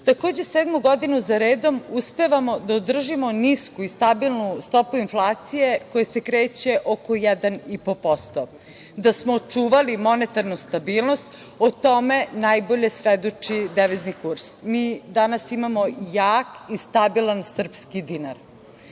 sedmu godinu zaredom uspevamo da održimo nisku i stabilnu stopu inflacije koja se kreće oko 1,5%. Da smo očuvali monetarnu stabilnost, o tome najbolje svedoči devizni kurs. Mi danas imamo jak i stabilan srpski dinar. Kada